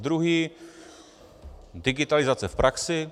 Druhý digitalizace v praxi.